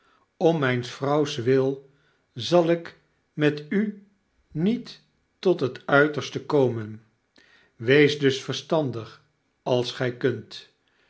om mijn vrouws wil zal ik met n niet tot het uiterste komen wees dus verstandig als gij kunt